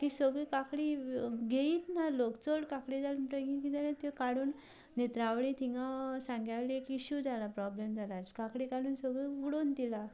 की सगळी काकडी घेयत ना लोक चड काकडी जाली म्हणटकच कितें जालें त्यो काकडी काडून नेत्रावळी तिंगा सांग्यार लेक इश्यू जाला प्रोबल्म जालां काकडी काडून सगळ्यो उडोवन दिल्या